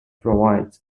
provides